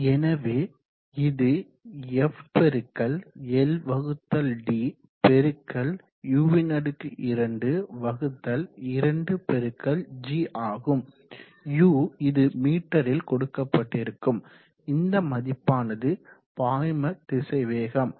எனவே இது f × Ld × u22g ஆகும் u இது மீட்டரில் கொடுக்கப்பட்டிருக்கும் இந்த மதிப்பானது பாய்ம திசைவேகம்